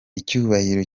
icyubahiro